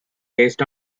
based